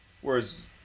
Whereas